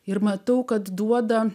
ir matau kad duoda